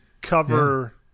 cover